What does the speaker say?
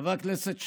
חבר הכנסת שיין,